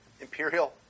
imperial